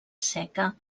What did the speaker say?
seca